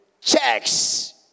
checks